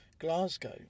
Glasgow